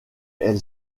elle